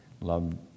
Love